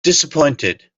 disappointed